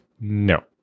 No